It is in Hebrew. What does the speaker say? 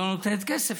היא לא נותנת כסף,